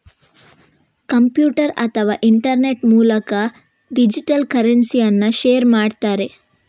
computer ಅಥವಾ internet ಮೂಲಕ digital ಕರೆನ್ಸಿಯನ್ನ ಶೇರ್ ಮಾಡ್ತಾರೆ